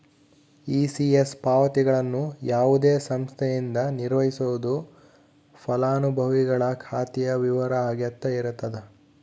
ECS ಪಾವತಿಗಳನ್ನು ಯಾವುದೇ ಸಂಸ್ಥೆಯಿಂದ ನಿರ್ವಹಿಸ್ಬೋದು ಫಲಾನುಭವಿಗಳ ಖಾತೆಯ ವಿವರ ಅಗತ್ಯ ಇರತದ